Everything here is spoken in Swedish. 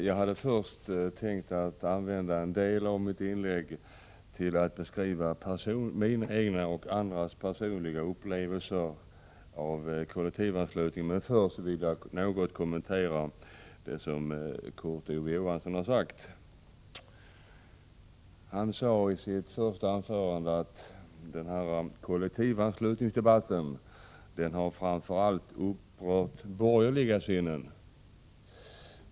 Herr talman! Jag hade tänkt använda en del av mitt inlägg till att beskriva min egen och andras personliga upplevelser av kollektivanslutning. Men först vill jag något kommentera vad Kurt Ove Johansson har sagt. I sitt första anförande framhöll Kurt Ove Johansson att kollektivanslutningsdebatten framför allt har upprört borgerliga sinnen.